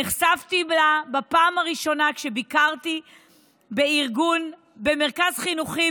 נחשפתי לה בפעם הראשונה כשביקרתי במרכז חינוכי,